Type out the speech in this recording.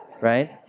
right